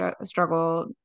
struggle